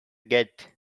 git